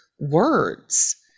words